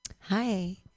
hi